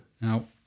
Now